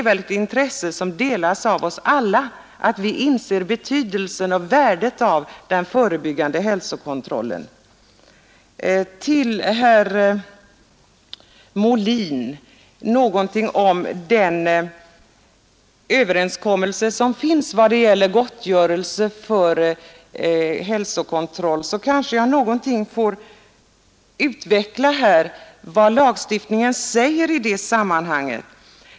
Vi inser alla betydelsen och värdet av den förebyggande hälsokontrollen. Herr Molin berörde den överenskommelse som finns vad gäller gottgörelse för hälsokontroll. Jag kanske något får utveckla vad lagstiftningen säger i det sammanhanget.